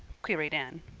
queried anne.